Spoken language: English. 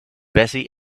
bessie